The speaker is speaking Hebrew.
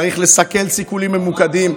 צריך לסכל סיכולים ממוקדים.